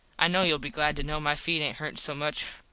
i kno youll be glad to kno my feet aint hurtin so much.